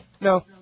No